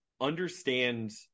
understand